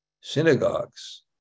synagogues